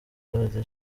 paradizo